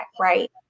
right